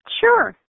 Sure